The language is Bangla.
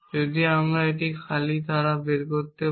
যদি আমরা একটি খালি ধারা বের করতে পারি